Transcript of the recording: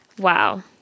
Wow